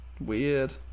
Weird